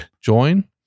Join